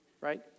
right